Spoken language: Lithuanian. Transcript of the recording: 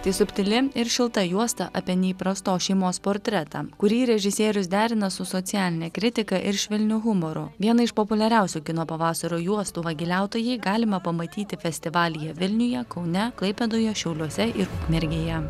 tai subtili ir šilta juosta apie neįprastos šeimos portretą kurį režisierius derina su socialine kritika ir švelniu humoru vieną iš populiariausių kino pavasario juostų vagiliautojai galima pamatyti festivalyje vilniuje kaune klaipėdoje šiauliuose ir ukmergėje